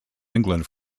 england